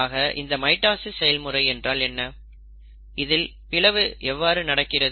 ஆக இந்த மைட்டாசிஸ் செயல்முறை என்றால் என்ன இதில் பிளவு எவ்வாறு நடக்கிறது